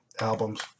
albums